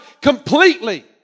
completely